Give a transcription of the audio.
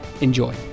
enjoy